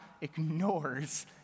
ignores